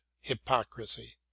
hypocrisy